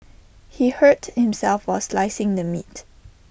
he hurt himself was slicing the meat